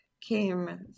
came